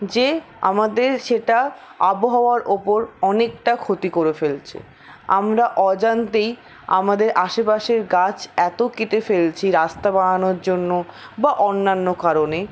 যে আমাদের সেটা আবহাওয়ার ওপর অনেকটা ক্ষতি করে ফেলছে আমরা অজান্তেই আমাদের আশেপাশের গাছ এত কেটে ফেলছি রাস্তা বানানোর জন্য বা অন্যান্য কারণে